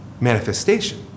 manifestation